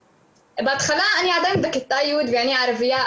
אני עדיין בכיתה י' ואני ערבייה,